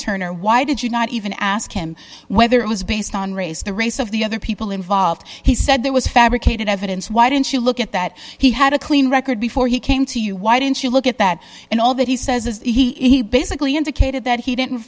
turner why did you not even ask him whether it was based on race the race of the other people involved he said there was fabricated evidence why didn't you look at that he had a clean record before he came to you why didn't you look at that and all that he says is that he basically indicated that he didn't